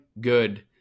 good